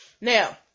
Now